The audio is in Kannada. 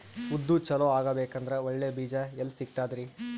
ಉದ್ದು ಚಲೋ ಆಗಬೇಕಂದ್ರೆ ಒಳ್ಳೆ ಬೀಜ ಎಲ್ ಸಿಗತದರೀ?